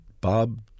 Bob